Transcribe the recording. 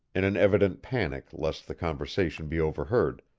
in an evident panic lest the conversation be overheard,